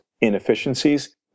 inefficiencies